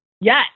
Yes